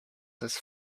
his